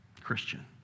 Christian